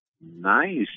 Nice